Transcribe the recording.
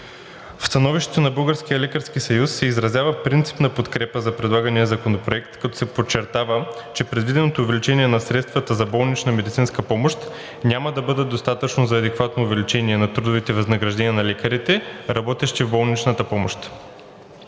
лекарски съюз се изразява принципна подкрепа за предлагания законопроект, като се подчертава, че предвиденото увеличение на средствата за болнична медицинска помощ няма да бъдат достатъчно за адекватно увеличение на трудовите възнаграждения на лекарите, работещи в болничната помощ.